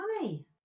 money